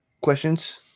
questions